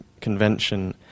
Convention